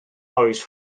oes